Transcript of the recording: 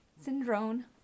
Syndrome